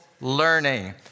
learning